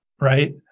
right